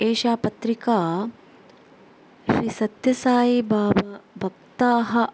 एषा पत्रिका श्रिसत्यसाईबाबा भक्ताः